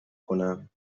کنم